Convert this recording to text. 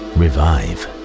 revive